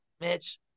Mitch